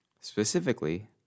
Specifically